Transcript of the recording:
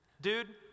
Dude